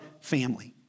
family